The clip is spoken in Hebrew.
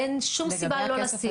אין שום סיבה לא לשים.